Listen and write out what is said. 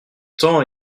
temps